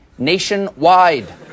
nationwide